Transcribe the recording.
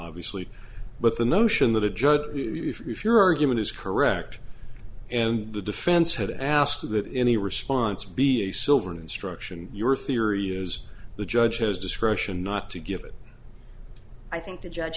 obviously but the notion that a judge who if your argument is correct and the defense had asked that any response be a silver an instruction your theory is the judge has discretion not to give it i think the judge